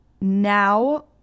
Now